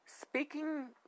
Speaking